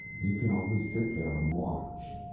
you can always sit there and watch.